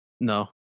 No